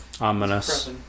Ominous